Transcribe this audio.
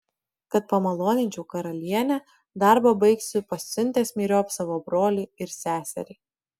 kad pamaloninčiau karalienę darbą baigsiu pasiuntęs myriop savo brolį ir seserį